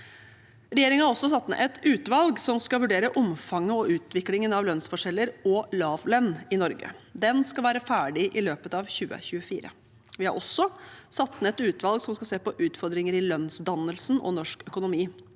Regjeringen har satt ned et utvalg som skal vurdere omfanget og utviklingen av lønnsforskjeller og lavlønn i Norge. Det skal være ferdig i løpet av 2024. Vi har også satt ned et utvalg som skal se på utfordringer i lønnsdannelsen og norsk økonomi.